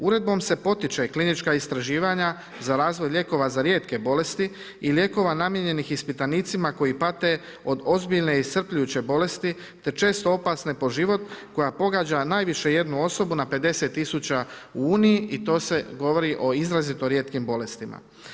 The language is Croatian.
Uredbom se potiče klinička istraživanja za razvoj lijekova za rijetke bolesti i lijekova namijenjenih ispitanicima koji pate od ozbiljne i iscrpljujuće bolesti te često opasne po život koja pogađa najviše jednu osobu na 50 000 u uniji i to se govori o izrazito rijetkim bolestima.